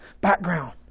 background